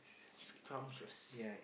scrumptious